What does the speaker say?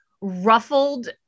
ruffled